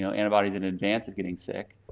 you know antibodies in advance of getting sick,